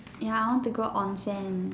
ya I want to go Onsen